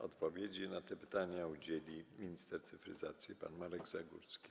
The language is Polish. Odpowiedzi na te pytania udzieli minister cyfryzacji pan Marek Zagórski.